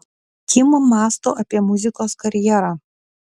kim mąsto apie muzikos karjerą